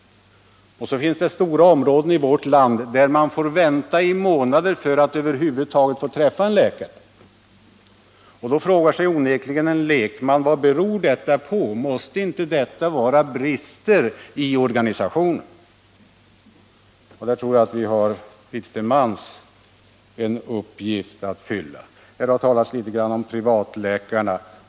Och det finns stora områden i vårt land där man får vänta i månader för att över huvud taget få träffa en läkare. Då frågar sig onekligen en lekman: Vad beror detta på? Måste det inte vara brister i organisationen? — Jag tror att vi litet till mans har en uppgift att fylla på den punkten. Här har talats litet grand om privatläkarna.